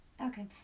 Okay